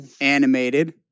Animated